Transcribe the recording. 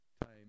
time